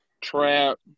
Trap